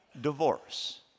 divorce